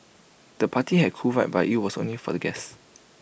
the party had A cool vibe but IT was only for the guests